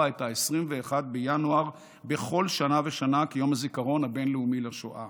את 21 בינואר בכל שנה ושנה כיום הזיכרון הבין-לאומי לשואה.